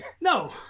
No